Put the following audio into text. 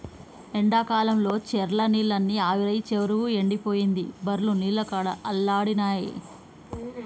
ఎండాకాలంల చెర్ల నీళ్లన్నీ ఆవిరై చెరువు ఎండిపోయింది బర్లు నీళ్లకు అల్లాడినై